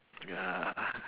ya